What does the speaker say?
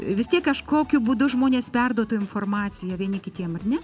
vis tiek kažkokiu būdu žmonės perduotų informaciją vieni kitiem ar ne